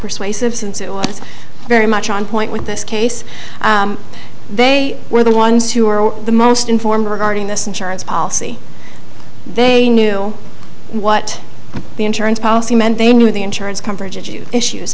persuasive since it was very much on point with this case they were the ones who are the most informed regarding this insurance policy they knew what the insurance policy meant they knew the insurance coverage you issues